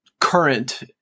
current